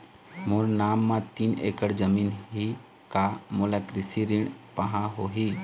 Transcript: मोर नाम म तीन एकड़ जमीन ही का मोला कृषि ऋण पाहां होही?